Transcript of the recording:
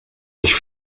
ich